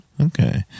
Okay